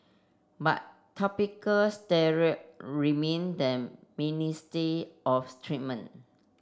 but topical steroid remain the mainstay of treatment